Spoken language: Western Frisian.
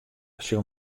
sil